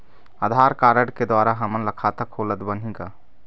आधार card के द्वारा हमन ला खाता खोलत बनही का?